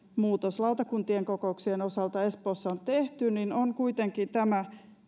muutos lautakuntien kokouksien osalta espoossa on tehty on kuitenkin tämä